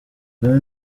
loni